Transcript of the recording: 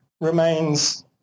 remains